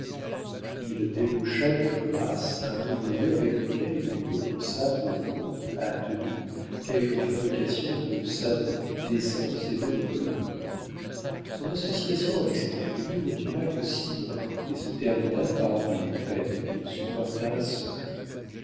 il débaucha de grasse un ouvrier avec lequel il commença de compte à demi quelques fabrications de savon d'essences et d'eau de cologne son association avec cet ouvrier ne dura que six mois et se termina par des pertes qu'il supporta seul